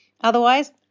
Otherwise